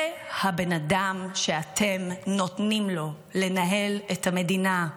זה הבן אדם שאתם נותנים לו לנהל את המדינה.